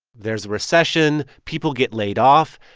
there's a recession. people get laid off.